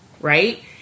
right